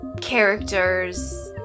characters